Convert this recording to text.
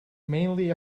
mainly